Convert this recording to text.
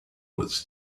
was